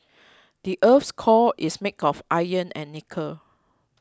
the earth's core is made of iron and nickel